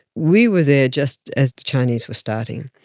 we were there just as the chinese were starting.